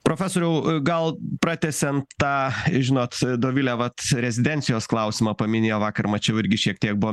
profesoriau gal pratęsiant tą žinot dovilė vat rezidencijos klausimą paminėjo vakar mačiau irgi šiek tiek buvo